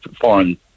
Foreign